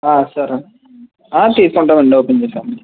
సరే తీసుకుంటాము అండి ఓపెన్ చేసెయ్యండి